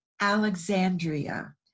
Alexandria